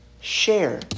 share